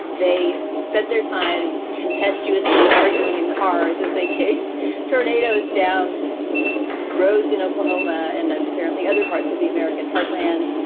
they spent their time tempestuous early arguing in cars as they chased tornadoes down roads in oklahoma and apparently other parts of the american heartland.